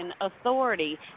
authority